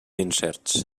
incerts